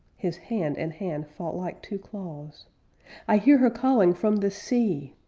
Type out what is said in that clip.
his hand and hand fought like two claws i hear her calling from the sea